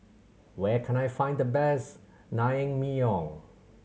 where can I find the best Naengmyeon